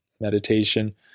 meditation